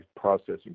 processing